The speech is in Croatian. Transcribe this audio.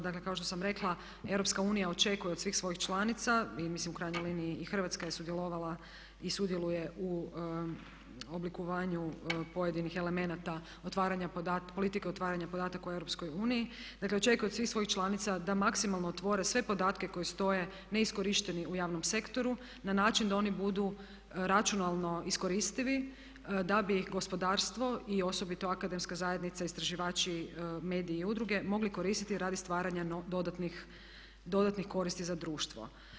Dakle, kao što sam rekla EU očekuje od svih svojih članica i mislim u krajnjoj liniji i Hrvatska je sudjelovala i sudjeluje u oblikovanju pojedinih elemenata politike otvaranja podataka u EU, dakle očekuje od svih svojih članica da maksimalno otvore sve podatke koji stoje neiskorišteni u javnom sektoru na način da oni budu računalno iskoristivi da bi ih gospodarstvo i osobito akademska zajednica, istraživači, mediji i udruge mogli koristiti radi stvaranja dodatnih koristi za društvo.